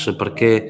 perché